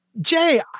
Jay